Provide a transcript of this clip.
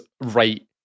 right